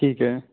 ਠੀਕ ਹੈ